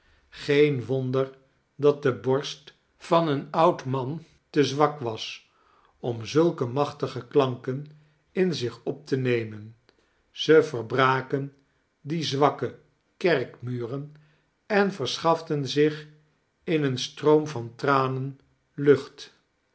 geen wonder dat de borst van een oud man te zwak was om zulke machtige klanken in zich op te nemen ze verbraken die zwakke kerkmuren en verschaften zich in een stroom van tranen lucht